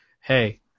hey